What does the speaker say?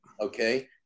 okay